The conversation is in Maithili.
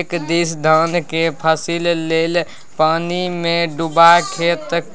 एक दिस धानक फसिल लेल पानिमे डुबा खेतक